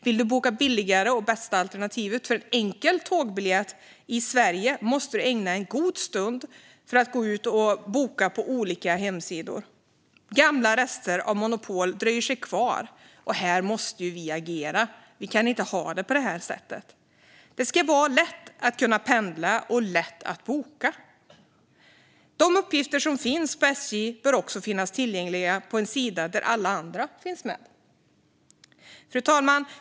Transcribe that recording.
Vill jag boka det billigaste och bästa alternativet för en enkel tågresa i Sverige måste jag ägna en god stund åt att besöka olika hemsidor. Gamla rester av monopol dröjer sig kvar. Här måste vi agera. Vi kan inte ha det på det här sättet. Det ska vara lätt att pendla och lätt att boka. De uppgifter som finns på sj.se bör också finnas tillgängliga på en sida där alla andra alternativ finns. Fru talman!